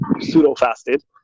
pseudo-fasted